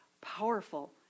powerful